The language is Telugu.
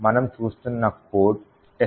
మనము చూస్తున్న కోడ్ testcode